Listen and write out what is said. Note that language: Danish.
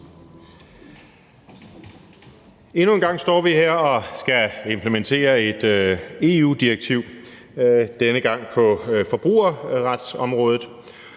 Endnu en gang står vi her og skal implementere et EU-direktiv – denne gang på forbrugerretsområdet.